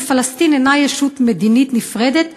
כי פלסטין אינה ישות מדינית נפרדת,